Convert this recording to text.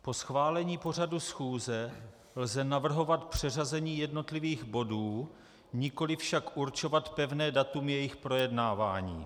Po schválení pořadu schůze lze navrhovat přeřazení jednotlivých bodů, nikoliv však určovat pevné datum jejich projednávání.